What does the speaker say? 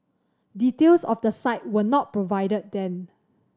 details of the site were not provided then